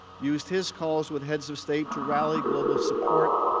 used his calls with heads of states to rally global support,